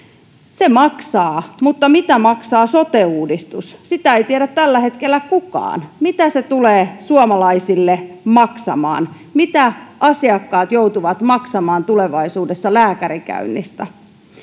se maksaa mutta mitä maksaa sote uudistus sitä ei tiedä tällä hetkellä kukaan mitä se tulee suomalaisille maksamaan mitä asiakkaat joutuvat maksamaan tulevaisuudessa lääkärikäynnistä